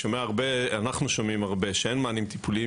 אנחנו שומעים הרבה שאין מענים טיפולים.